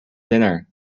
dinner